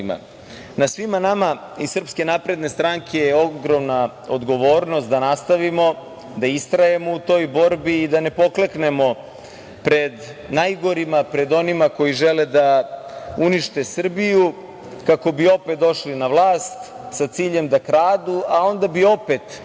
svima nama iz SNS je ogromna odgovornost da nastavimo, da istrajemo u toj borbi i da ne pokleknemo pred najgorima, pred onima koji žele da unište Srbiju, kako bi opet došli na vlast sa ciljem da kradu, a onda bi opet,